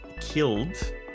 killed